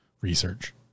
research